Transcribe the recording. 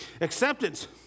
acceptance